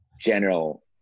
general